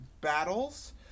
battles